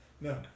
No